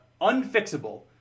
unfixable